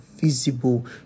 visible